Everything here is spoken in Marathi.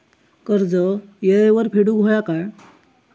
कर्ज येळेवर फेडूक होया काय?